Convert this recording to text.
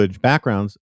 backgrounds